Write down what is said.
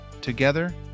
Together